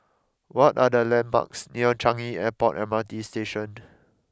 what are the landmarks near Changi Airport M R T Station